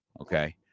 Okay